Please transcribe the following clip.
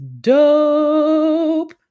dope